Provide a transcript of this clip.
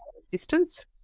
assistance